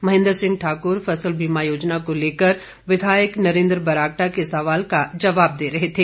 महेंद्र सिंह ठाकुर फसल बीमा योजना को लेकर विधायक नरेंद्र बरागटा के सवाल का जवाब दे रहे थे